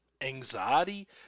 anxiety